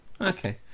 Okay